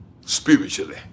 Spiritually